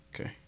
okay